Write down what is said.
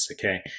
Okay